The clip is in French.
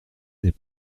n’est